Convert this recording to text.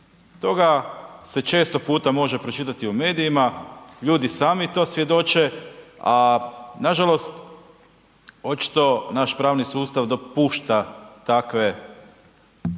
Toga se često puta može pročitati u medijima, ljudi sami to svjedoče, a nažalost, očito naš pravni sustav dopušta takve ponore